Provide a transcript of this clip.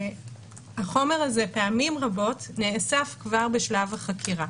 החומר הזה, פעמים רבות, נאסף כבר בשלב החקירה.